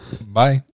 Bye